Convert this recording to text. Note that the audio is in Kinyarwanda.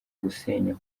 gusenya